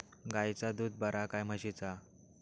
गायचा दूध बरा काय म्हशीचा?